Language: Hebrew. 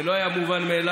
זה לא היה מובן מאליו.